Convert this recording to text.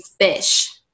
fish